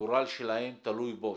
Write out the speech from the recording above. הגורל שלהם תלוי בו.